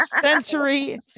sensory